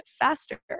faster